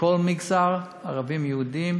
מכל מגזר, ערבים, יהודים,